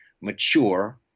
mature